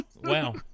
Wow